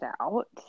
out